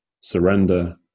surrender